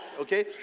okay